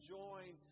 join